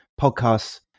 podcasts